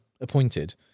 appointed